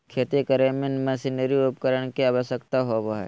खेती करे में मशीनरी उपकरण के आवश्यकता होबो हइ